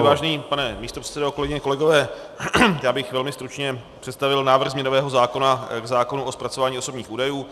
Vážený pane místopředsedo, kolegyně, kolegové, já bych velmi stručně představil návrh změnového zákona k zákonu o zpracování osobních údajů.